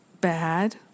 bad